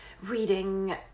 reading